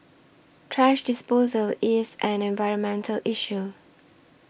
thrash disposal is an environmental issue